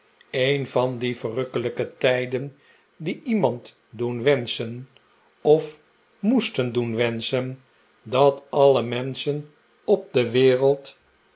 een van die verrukkelijke tijden die iemand doen wenschen of moesten doen wenschen dat alle menschen op de wereld